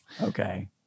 Okay